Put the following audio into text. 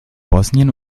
bosnien